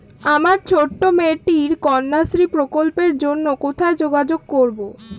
আমার ছোট্ট মেয়েটির কন্যাশ্রী প্রকল্পের জন্য কোথায় যোগাযোগ করব?